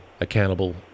accountable